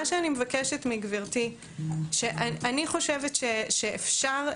אבל מה שאני מבקשת מגברתי אני חושבת שאפשר,